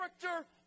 character